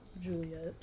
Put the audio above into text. Juliet